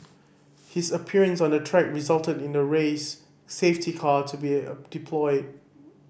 his appearance on the track resulted in the race safety car to be deployed